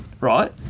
right